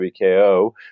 WKO